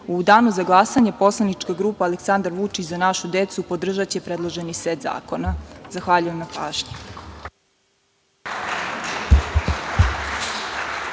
danu za glasanje poslanička grupa Aleksandar Vučić – Za našu decu, podržaće predloženi set zakona. Zahvaljujem na pažnji.